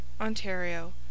Ontario